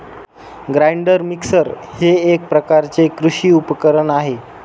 grinder mixer हे एक प्रकारचे कृषी उपकरण आहे